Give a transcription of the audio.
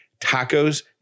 Tacos